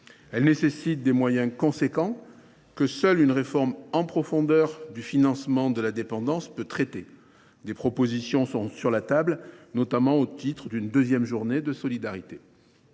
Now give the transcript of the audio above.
Elle nécessite des moyens considérables que seule une réforme en profondeur du financement de la dépendance peut permettre de mobiliser. Des propositions sont sur la table, comme l’instauration d’une deuxième journée de solidarité.